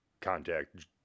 contact